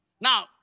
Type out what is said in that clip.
Now